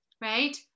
Right